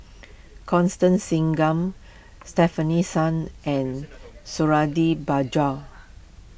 Constance Singam Stefanie Sun and Suradi Parjo